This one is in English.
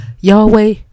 Yahweh